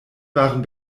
waren